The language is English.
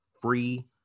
free